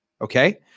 okay